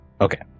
Okay